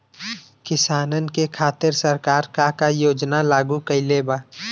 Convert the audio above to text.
किसानन के खातिर सरकार का का योजना लागू कईले बा?